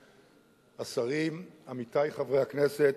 השרים, עמיתי חברי הכנסת,